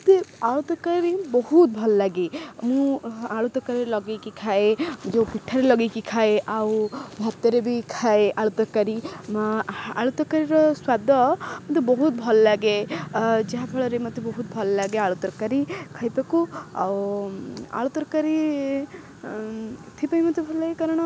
ମୋତେ ଆଳୁ ତରକାରୀ ବହୁତ ଭଲ ଲାଗେ ମୁଁ ଆଳୁ ତରକାରୀ ଲଗାଇକି ଖାଏ ଯେଉଁ ପିଠାରେ ଲଗାଇକି ଖାଏ ଆଉ ଭାତରେ ବି ଖାଏ ଆଳୁ ତରକାରୀ ଆଳୁ ତରକାରୀର ସ୍ଵାଦ ମୋତେ ବହୁତ ଭଲ ଲାଗେ ଯାହାଫଳରେ ମୋତେ ବହୁତ ଭଲ ଲାଗେ ଆଳୁ ତରକାରୀ ଖାଇବାକୁ ଆଉ ଆଳୁ ତରକାରୀ ଏଥିପାଇଁ ମୋତେ ଭଲ ଲାଗେ କାରଣ